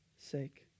sake